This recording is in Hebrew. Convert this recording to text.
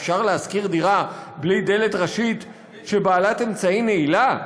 אפשר להשכיר דירה בלי דלת ראשית בעלת אמצעי נעילה?